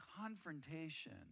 confrontation